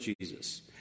Jesus